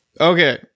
Okay